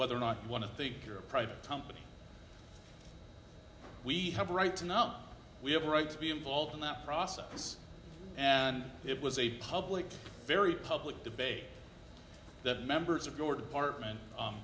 whether or not one of the you're a private company we have a right to know we have a right to be involved in that process and it was a public very public debate that members of your department